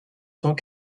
temps